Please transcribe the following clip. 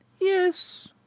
Yes